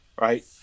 Right